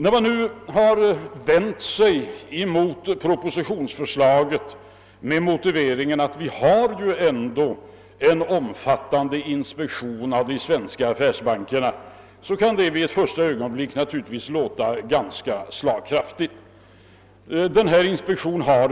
När man nu har vänt sig mot propositionsförslaget med motiveringen att vi ju ändå har en omfattande inspektion av de svenska affärsbankerna, kan det vid det första ögonkastet naturligtvis låta ganska slagkraftigt. Vi har en sådan inspektion, och